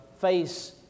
face